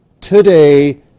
today